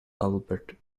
albert